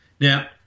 Now